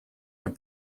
have